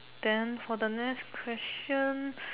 then for the next question